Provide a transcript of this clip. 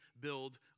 build